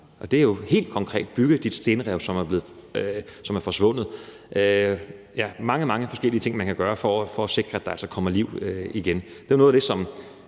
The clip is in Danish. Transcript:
– det er helt konkret – de stenrev, som er forsvundet. Ja, der er mange, mange forskellige ting, man kan gøre for at sikre, at der altså kommer liv igen. Det er noget af det, som